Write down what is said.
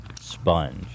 sponge